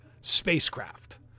spacecraft